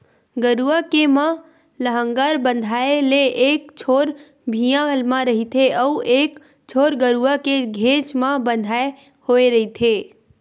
गरूवा के म लांहगर बंधाय ले एक छोर भिंयाँ म रहिथे अउ एक छोर गरूवा के घेंच म बंधाय होय रहिथे